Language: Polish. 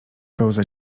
pełza